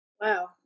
Wow